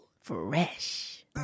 fresh